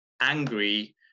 angry